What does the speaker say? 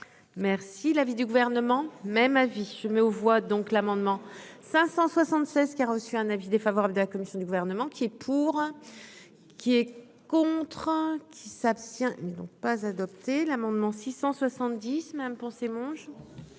merci l'avis du gouvernement, même avis je mets aux voix donc l'amendement 576 qui a reçu un avis défavorable de la commission du gouvernement qui est. Pour qu'il est contraint qui s'abstient mais pas adopté l'amendement 670 même pensé mange.